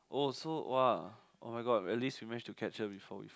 oh so !wah! oh-my-god at least we manage to catch her before we